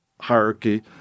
hierarchy